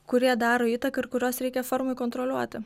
kurie daro įtaką ir kuriuos reikia fermoj kontroliuoti